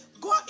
Go